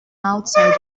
outsider